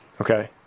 Okay